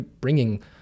bringing